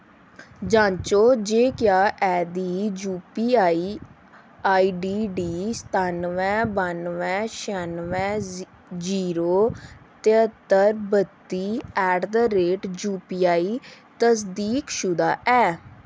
जांचो जे क्या एह् दी यूपीआई आईडीडी सतानुए बानुए छयानुए जीरो तेहत्तर बत्ती ऐट दा रेट जूपीआई तसदीक शुदा ऐ